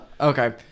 Okay